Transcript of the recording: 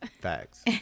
Facts